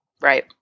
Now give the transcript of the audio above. Right